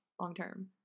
long-term